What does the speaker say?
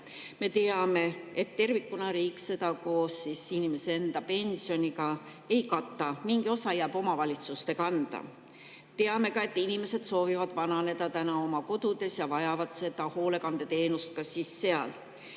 Me teame, et tervikuna riik seda koos inimese enda pensioniga ei kata, mingi osa jääb omavalitsuste kanda. Teame ka, et inimesed soovivad vananeda täna oma kodudes ja vajavad hoolekandeteenust ka seal.